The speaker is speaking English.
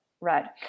right